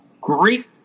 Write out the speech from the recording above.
great